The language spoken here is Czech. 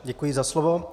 Děkuji za slovo.